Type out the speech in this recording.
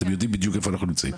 אתם יודעים בדיוק איפה אנחנו נמצאים,